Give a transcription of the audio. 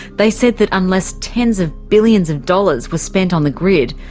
they said that unless tens of billions of dollars were spent on the grid,